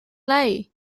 léi